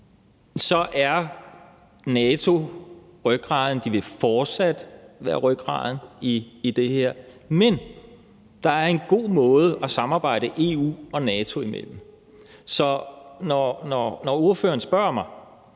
så er NATO rygraden og de vil fortsat være rygraden i det her. Men der er en god måde at samarbejde EU og NATO imellem. Så når ordføreren spørger mig,